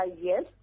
Yes